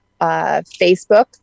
facebook